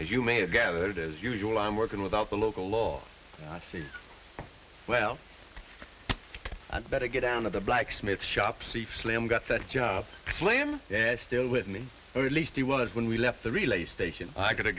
as you may have gathered as usual i'm working without the local law i see well better get down to the blacksmith shop see if slim got the job slim and still with me or at least he was when we left the relay station i could have